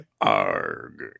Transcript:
Arg